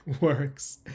works